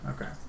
Okay